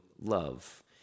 love